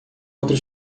outro